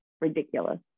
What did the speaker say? ridiculous